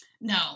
No